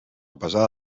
pesada